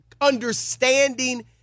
understanding